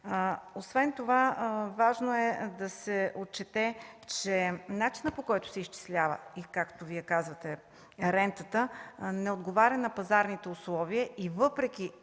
г. Важно е да се отчете, че начинът, по който се изчислява, и както Вие казвате, рентата, не отговаря на пазарните условия и въпреки